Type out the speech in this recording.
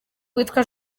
witwa